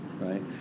right